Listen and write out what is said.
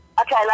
Okay